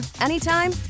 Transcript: anytime